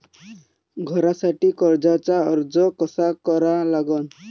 घरासाठी कर्जाचा अर्ज कसा करा लागन?